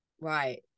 Right